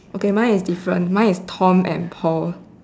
okay mine is different mine is Tom and Paul